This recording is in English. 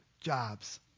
jobs